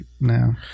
no